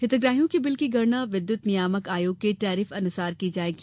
हितग्राहियों के बिल की गणना विद्युत नियामक आयोग के टैरिफ अनुसार की जायेगी